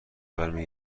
برمی